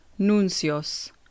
Nuncios